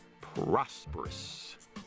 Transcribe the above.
prosperous